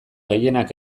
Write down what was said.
gehienek